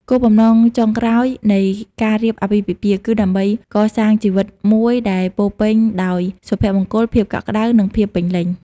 គោលបំណងចុងក្រោយនៃការរៀបអាពាហ៍ពិពាហ៍ គឺដើម្បីកសាងជីវិតមួយដែលពោរពេញដោយសុភមង្គល ភាពកក់ក្តៅ និងភាពពេញលេញ។